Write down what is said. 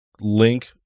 link